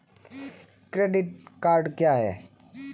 Credit card क्या है?